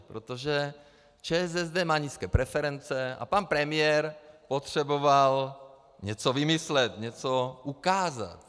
Protože ČSSD má nízké preference a pan premiér potřeboval něco vymyslet, něco ukázat.